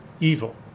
evil